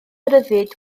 ryddid